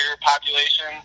population